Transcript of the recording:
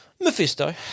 Mephisto